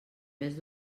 més